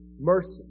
mercy